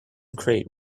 crate